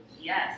Yes